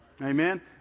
Amen